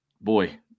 boy